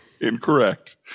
Incorrect